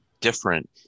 different